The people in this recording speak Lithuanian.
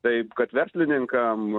taip kad verslininkam